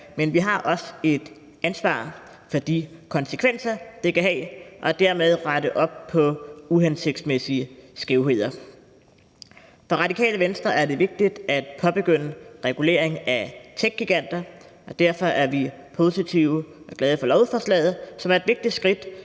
Men vi har også et ansvar for de konsekvenser, det kan have, og dermed for at rette op på uhensigtsmæssige skævheder. For Radikale Venstre er det vigtigt at påbegynde regulering af techgiganter, og derfor er vi positive og glade for lovforslaget, som er et vigtigt skridt,